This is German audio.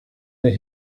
der